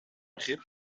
begrip